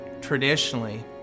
Traditionally